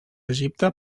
egipte